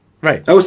right